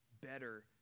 better